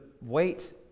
weight